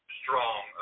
strong